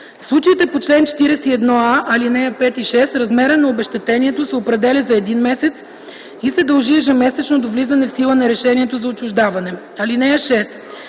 В случаите по чл. 41а, ал. 5 и 6 размерът на обезщетението се определя за един месец и се дължи ежемесечно до влизане в сила на решението за отчуждаване. (6)